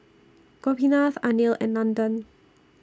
Gopinath Anil and Nandan